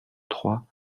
trois